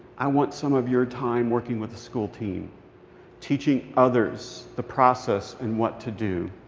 i want some of your time working with the school team teaching others the process and what to do.